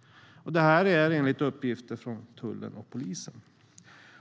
- detta enligt uppgifter från tullen och polisen.